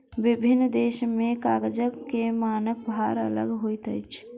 विभिन्न देश में कागज के मानक भार अलग होइत अछि